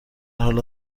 حال